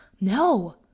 no